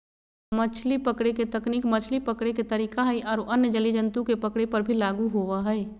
मछली पकड़े के तकनीक मछली पकड़े के तरीका हई आरो अन्य जलीय जंतु के पकड़े पर भी लागू होवअ हई